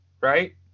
right